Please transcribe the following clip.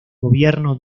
gobierno